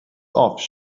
off